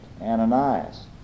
Ananias